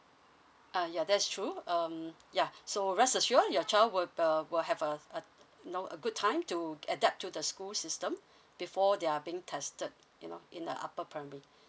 uh ya that's true um yeah so rest assure your child will uh will have a uh you know a good time to adapt to the school system before they are being tested you know in the upper primary